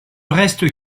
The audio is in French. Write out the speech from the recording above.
reste